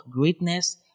greatness